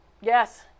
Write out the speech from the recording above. Yes